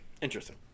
Interesting